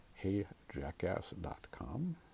heyjackass.com